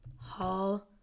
Hall